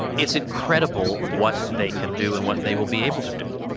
it's incredible what they can do and what they will be able to do.